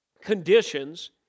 conditions